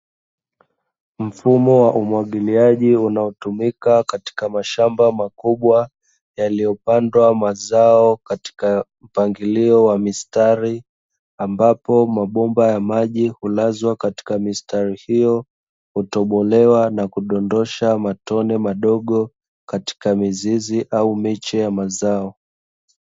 Mfumo wa umwagiliaji unaotumika katika mashamba makubwa yaliyo pandwa mazao katika mpangilio wa mistari, ambapo mabomba ya maji hulazwa katika mistari hiyo, hutobolewa na kudondosha matone madogo katika mizizi au miche ya mazao.